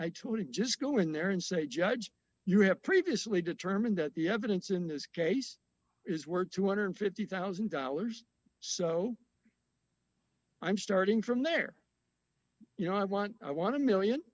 him just go in there and say judge you have previously determined that the evidence in this case is worth two hundred and fifty thousand dollars so i'm starting from there you know i want i want to one million